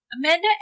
Amanda